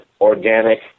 organic